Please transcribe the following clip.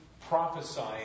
prophesying